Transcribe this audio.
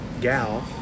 gal